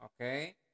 Okay